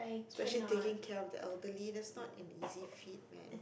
especially taking care of the elderly that's not an easy feat man